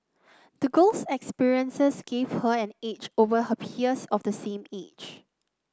the girl's experiences gave her an edge over her peers of the same age